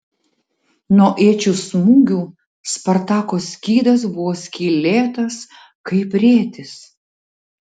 nuo iečių smūgių spartako skydas buvo skylėtas kaip rėtis